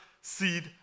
seed